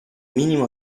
minimo